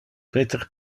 peter